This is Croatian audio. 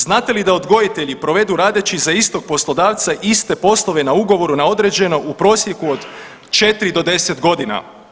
Znate li da odgojitelji provedu radeći za istog poslodavca iste poslove na ugovoru na određeno u prosjeku od 4 do 10.g.